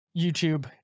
YouTube